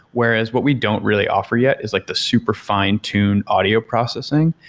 whereas what we don't really offer yet is like the super fine tune audio processing,